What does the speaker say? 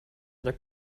other